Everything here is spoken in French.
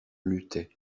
luttaient